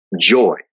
joy